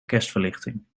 kerstverlichting